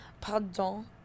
Pardon